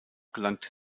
gelangte